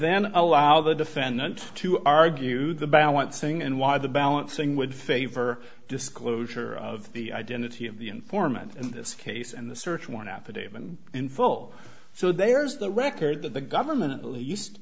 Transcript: then allow the defendant to argue the balancing and why the balancing would favor disclosure of the identity of the informant in this case and the search warrant affidavit in full so there's the record that the government at least